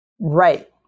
Right